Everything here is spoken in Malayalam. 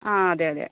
ആ അതേയതേ